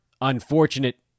unfortunate